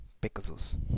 Pegasus